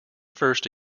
first